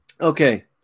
Okay